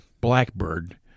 Blackbird